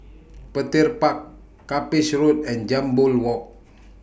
Petir Park Cuppage Road and Jambol Walk